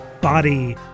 body